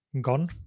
gone